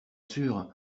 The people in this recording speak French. sûr